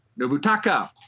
Nobutaka